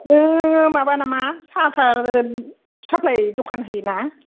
नोङो माबा नामा साहा थाहा साप्लाइ दखान होयो ना